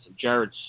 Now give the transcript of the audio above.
Jared